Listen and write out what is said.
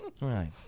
Right